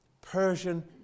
Persian